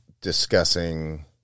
discussing